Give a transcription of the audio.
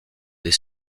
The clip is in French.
des